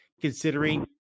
considering